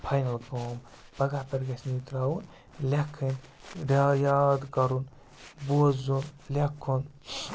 final کٲم پگاہ پٮ۪ٹھ گژھِ نہٕ یہِ تراوُن لٮ۪کھٕنۍ یاد کَرُن بوزُن لٮ۪کھُن